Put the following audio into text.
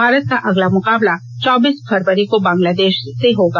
भारत का अगला मुकाबला चौबीस फरवरी को बांग्लादेष से होगा